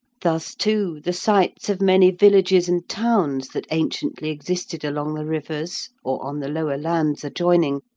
thus, too, the sites of many villages and towns that anciently existed along the rivers, or on the lower lands adjoining,